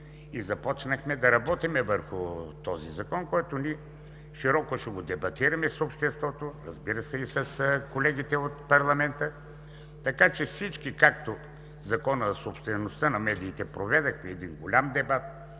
и започнахме да работим върху този закон, който широко ще го дебатираме с обществото, разбира се, и с колегите от парламента, така че всички. Както по Закона за собствеността на медиите проведохме един голям дебат,